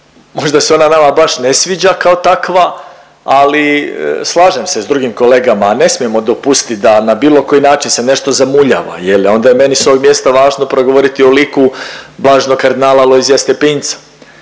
možda se ona nama baš ne sviđa kao takva, ali slažem se s drugim kolegama, ne smijemo dopustit da na bilo koji način se nešto zamuljava, onda je meni s ovog mjesta važno progovoriti o liku blaženog kardinala Alojzija Stepinca